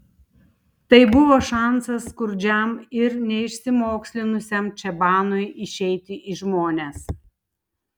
tai buvo šansas skurdžiam ir neišsimokslinusiam čabanui išeiti į žmones